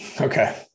Okay